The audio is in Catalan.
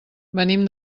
venim